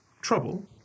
trouble